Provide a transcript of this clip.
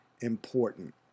important